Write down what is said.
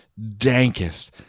dankest